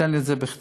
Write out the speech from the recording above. תן לי את זה בכתב,